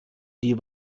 die